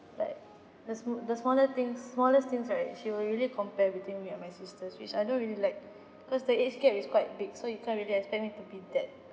like the smaller the smaller things smallest things right she will really compare between me and my sisters which I don't really like cause the age gap is quite big so you can't really expect me to be that